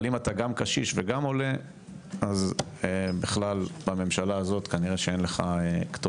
אבל אם אתה גם קשיש וגם עולה אז בכלל בממשלה הזאת כנראה שאין לך כתובת.